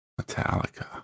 Metallica